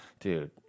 Dude